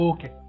Okay